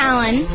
Alan